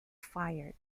fired